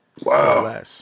Wow